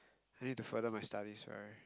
I need to further my studies for~